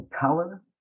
color